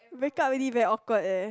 break up already very awkward leh